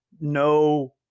no –